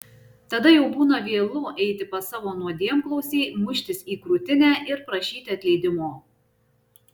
tada jau būna vėlu eiti pas savo nuodėmklausį muštis į krūtinę ir prašyti atleidimo